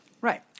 Right